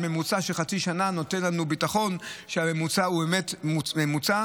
ממוצע של חצי שנה נותן לנו ביטחון שהממוצע באמת ממוצע,